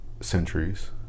centuries